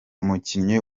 umukinnyi